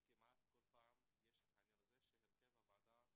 כמעט כל פעם יש את העניין הזה שהרכב הוועדה,